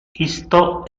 isto